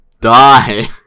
die